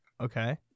Okay